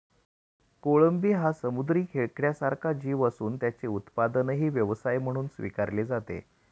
कोळंबी हा समुद्री खेकड्यासारखा जीव असून त्याचे उत्पादनही व्यवसाय म्हणून स्वीकारले जाते